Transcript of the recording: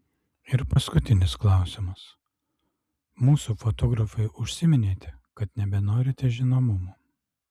ir paskutinis klausimas mūsų fotografui užsiminėte kad nebenorite žinomumo